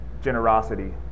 generosity